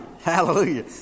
hallelujah